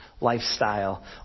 lifestyle